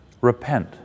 Repent